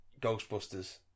Ghostbusters